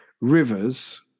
rivers